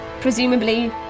presumably